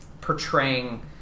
portraying